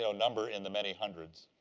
so number in the many hundreds.